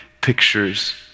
pictures